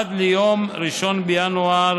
עד ליום 1 בינואר